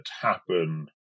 happen